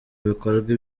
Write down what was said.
bikorwa